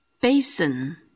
Basin